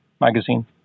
magazine